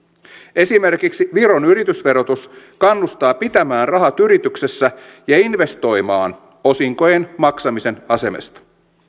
esimerkiksi viron yritysverotus kannustaa pitämään rahat yrityksessä ja investoimaan osinkojen maksamisen asemesta